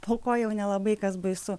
po ko jau nelabai kas baisu